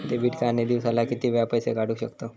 Debit card ने दिवसाला किती वेळा पैसे काढू शकतव?